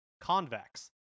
convex